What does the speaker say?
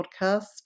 podcast